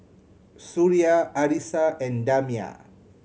Suria Arissa and Damia